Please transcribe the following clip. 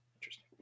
Interesting